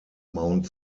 mount